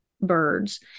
birds